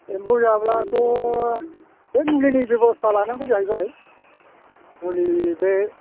एम्फौ जाब्लाथ' बे मुलिनि बेबस्था लानांगौ जाहैबाय मुलि बे